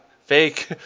Fake